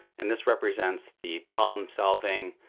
and this represents the problem solving,